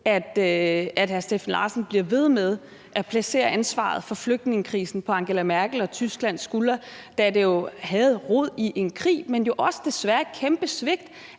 at hr. Steffen Larsen bliver ved med at placere ansvaret for flygtningekrisen på Angela Merkel og Tysklands skuldre, da det jo havde rod i en krig, men desværre også et kæmpe svigt